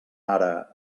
ara